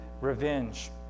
revenge